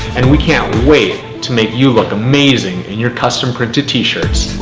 and we can't wait to make you look amazing in your custom printed t-shirts.